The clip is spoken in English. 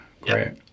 Great